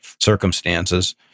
circumstances